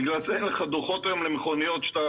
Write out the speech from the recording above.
בגלל זה אין לך דוחות היום למכוניות שאתה